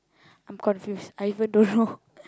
I'm confused I even don't know